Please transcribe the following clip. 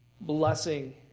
blessing